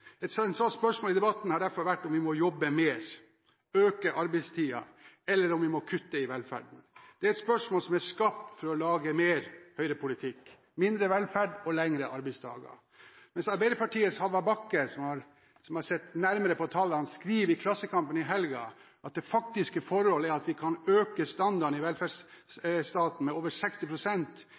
Et sentralt spørsmål i debatten har derfor vært om vi må jobbe mer, øke arbeidstiden, eller om vi må kutte i velferden. Det er et spørsmål som er skapt for å lage mer Høyre-politikk – mindre velferd og lengre arbeidsdager – mens Arbeiderpartiets Hallvard Bakke, som har sett nærmere på tallene, skriver i Klassekampen i helgen at det faktiske forhold er at vi kan øke standarden i velferdsstaten med over